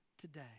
today